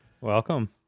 Welcome